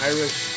Irish